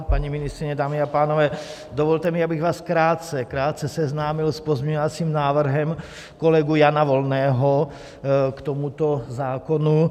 Paní ministryně, dámy a pánové, dovolte mi, abych vás krátce seznámil s pozměňovacím návrhem kolegy Jana Volného k tomuto zákonu.